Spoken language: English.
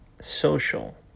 social